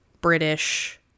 British